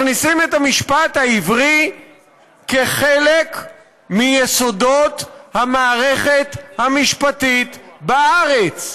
מכניסים את המשפט העברי כחלק מיסודות המערכת המשפטית בארץ.